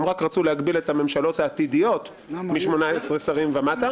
הם רק רצו להגביל את הממשלות העתידיות ל-18 שרים ומטה.